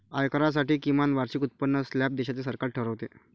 आयकरासाठी किमान वार्षिक उत्पन्न स्लॅब देशाचे सरकार ठरवते